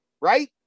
Right